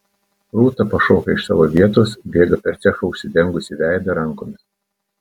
rūta pašoka iš savo vietos bėga per cechą užsidengusi veidą rankomis